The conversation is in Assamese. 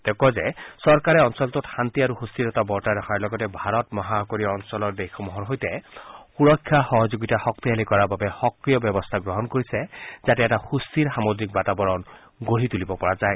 তেওঁ কয় যে চৰকাৰে অঞ্চলটোত শান্তি আৰু সুস্থিৰতা বৰ্তাই ৰখাৰ লগতে ভাৰত মহাসাগৰীয় অঞ্চলৰ দেশসমূহৰ সৈতে সুৰক্ষা সহযোগিতা শক্তিশালী কৰাৰ বাবে সক্ৰিয় ব্যৱস্থা গ্ৰহণ কৰিছে যাতে এটা সুস্থিৰ সামুদ্ৰিক বাতাবৰণ গঢ়ি তুলিব পৰা যায়